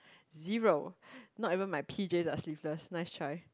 zero not even my p_js are sleeveless nice try